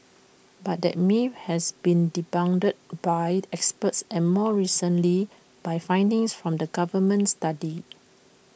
but that myth has been debunked by experts and more recently by findings from the government study